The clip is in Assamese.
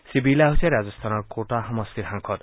শ্ৰী বিৰলা হৈছে ৰাজস্থানৰ কোটা সমষ্টিৰ সাংসদ